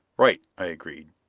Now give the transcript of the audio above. right, i agreed.